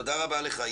תודה רבה לך.